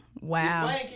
wow